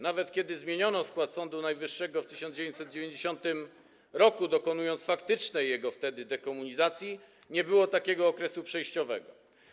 Nawet kiedy zmieniono skład Sądu Najwyższego w 1990 r., dokonując wtedy jego faktycznej dekomunizacji, nie było takiego okresu przejściowego.